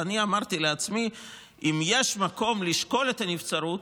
אמרתי לעצמי שאם יש מקום לשקול את הנבצרות,